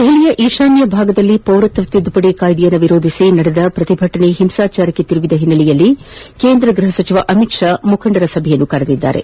ದೆಹಲಿಯ ಈಶಾನ್ಯ ಭಾಗದಲ್ಲಿ ಪೌರತ್ನ ತಿದ್ದುಪದಿ ಕಾಯ್ಲೆ ವಿರೋಧಿಸಿ ನಡೆಸುತ್ತಿರುವ ಪ್ರತಿಭಟನೆ ಹಿಂಸಾಚಾರಕ್ಕೆ ತಿರುಗಿರುವ ಹಿನ್ನೆಲೆಯಲ್ಲಿ ಕೇಂದ್ರ ಗ್ಬಹ ಸಚಿವ ಅಮಿತ್ ಶಾ ಮುಖಂದರ ಸಭೆ ಕರೆದಿದ್ದಾರೆ